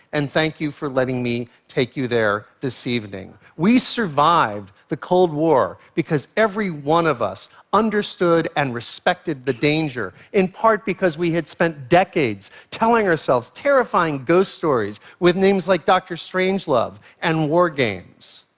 and thank you for letting me take you there this evening. we survived the cold war because every one of us understood and respected the danger, in part, because we had spent decades telling ourselves terrifying ghost stories with names like dr. strangelove and war games.